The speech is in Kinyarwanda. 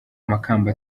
amakamba